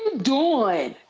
doin'?